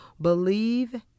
Believe